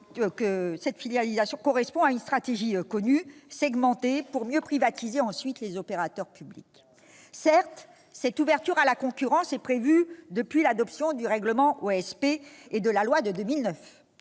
de la filialisation correspond à une stratégie connue : segmenter pour mieux privatiser ensuite les opérateurs publics. Certes, cette ouverture à la concurrence est prévue depuis l'adoption du règlement OSP et de la loi de 2009.